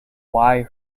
why